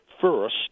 first